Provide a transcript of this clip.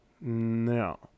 No